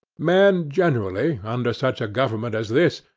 men, generally, under such a government as this,